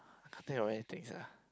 can't think of anything sia